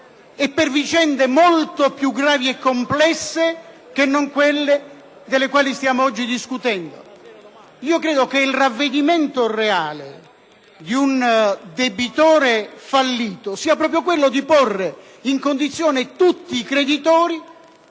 e per vicende molto piu gravi e complesse di quelle di cui stiamo oggi discutendo. Credo che il ravvedimento reale di un debitore fallito sia proprio quello di porre in condizione tutti i creditori